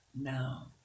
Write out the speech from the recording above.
Now